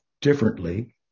differently